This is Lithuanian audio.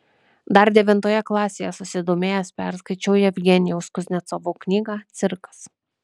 dar devintoje klasėje susidomėjęs perskaičiau jevgenijaus kuznecovo knygą cirkas